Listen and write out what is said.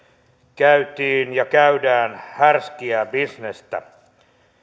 käytiin ja käydään härskiä bisnestä